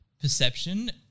perception